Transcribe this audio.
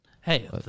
Hey